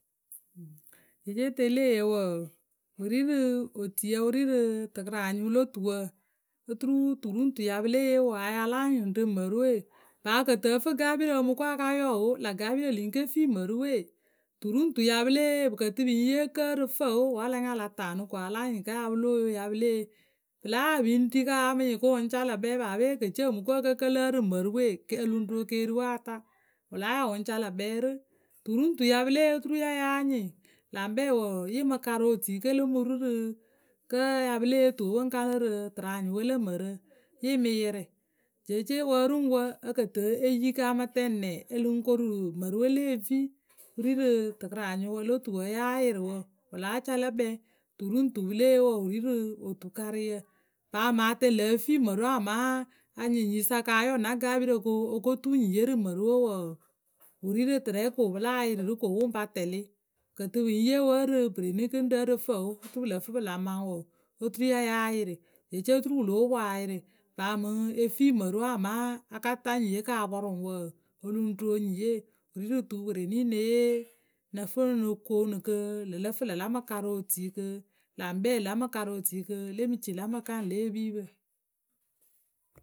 Jeece teleyǝ wǝǝ, wǝ ri rǝ otuiyǝ wǝ ri rǝ tɨkǝranyɩwǝ lo tuwǝ oturu tu ri ŋ tu pǝ ya pǝ lée yee wǝǝ a ya láa nyɩŋ rwǝ rǝ mǝrǝawe paa cǝ kǝ tɨ ǝ fǝ gaapirǝ ǝ mɨ ko a ka yɔ o, lâ gaapirǝ lǝŋ ke fii mǝrǝwe. Tu ru ŋ tu pǝ ya pǝ lée yee pǝ kǝ tɨ pǝ ŋ yee rǝ kǝ́ o wǝ́ a la taanɨ a láa kǝ́ pǝ ya pǝ lóo yo pǝ yalée yee. Pǝ láa yaa pǝŋ ri kɨ ya mǝ nyɩŋ kɨ wǝ ɓŋ ca lǝ̂ kpɛ paape e ke ce o mɨ ko ǝ kǝ́ kǝlɨ ɛrɨ mǝrǝ we o ŋ ro keeriwe a ta wǝ láa ya wǝ ŋ ca lǝ̂ kpɛ rǝ. Tu ru ŋ tu pǝ ya lée yee oturu ya yáa nyiŋ la ŋkpɛ wǝ yǝ ŋ mɨ karǝ otui ke lo mɨ ru rǝ kǝ́ pǝ ya lée yee tu pǝ ŋ kaŋ lǝ rǝ tɨraanyɩwe lǝ mǝrǝ. Yǝ mǝ yɩrɩ. Jeece wǝ ri ŋ wǝ ǝ kǝ tɨ e yi kǝ a mɨ tɛŋ nɛ ǝ lǝŋ koru mǝrǝwe le e fii wǝ ri tɨkranyɩwǝ lo tuwǝ yáa yɩrɩ wǝ; Wǝ láa ca lǝ kpɛ. Tu ru ŋ tu pǝ lée yee wǝǝ wǝ ri rǝ otukareɨyǝ. Paa mǝŋ a tɛŋ lǝ e fii mǝrǝ amaa a nyɩŋ nyiyǝ sa ka yɔ na gaapirǝ kɨ o ko tuu nyiye rǝ mǝrǝ we wǝǝ, wǝ ri rǝ tɨrɛ ko pǝ láa yɩrɩ rǝ ko wǝ ŋ pa tɛlɩ. Pǝ kǝ tɨ pǝ ŋ yee wǝ ǝrɨ bwerenigɨŋrǝ, ǝrǝ fǝŋ o, oturu pǝ lǝ fǝ pǝ la maŋ wǝǝ, oturu ya yáa yɩrɩ jeece oturu wǝ lóo poŋ a yɩrɩ paa mǝŋ e fii mǝrǝwe amaa a ka ta nyiye kɦ a pɔrʊ ŋwǝ wǝǝ, o ŋ roo nyiye wǝ ri rǝ tu pwereni ŋ ne yee ŋ nǝ fǝ ŋ no koonu kɨ ŋlǝ lǝ fǝla mɨ karǝ otui kǝ la ŋkpɛ la mɨ karǝ otui kǝ le mɨ ci la mǝ kaŋ lě epipǝ.